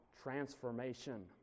transformation